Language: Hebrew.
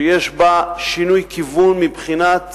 שיש בה שינוי כיוון מבחינת